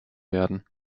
werden